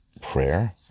prayer